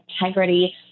integrity